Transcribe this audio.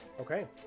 okay